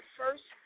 first